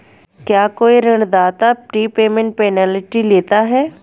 क्या कोई ऋणदाता प्रीपेमेंट पेनल्टी लेता है?